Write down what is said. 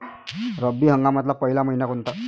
रब्बी हंगामातला पयला मइना कोनता?